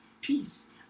peace